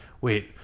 wait